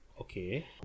Okay